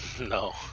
no